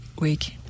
week